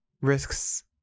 risks